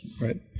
right